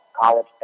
college